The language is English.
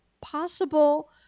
possible